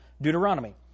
Deuteronomy